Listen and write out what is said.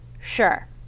sure